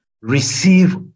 receive